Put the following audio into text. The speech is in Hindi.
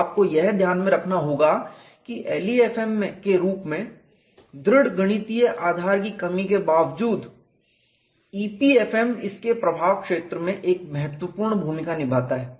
तो आपको यह ध्यान में रखना होगा कि LEFM के रूप में दृढ़ गणितीय आधार की कमी के बावजूद EPFM इसके प्रभाव क्षेत्र में एक महत्वपूर्ण भूमिका निभाता है